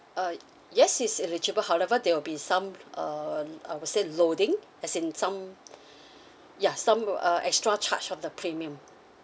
uh yes is eligible however there will be some um I would say loading as in some ya some wi~ uh extra charge for the premium